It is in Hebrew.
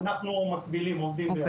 אנחנו מקבילים, עובדים ביחד.